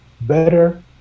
better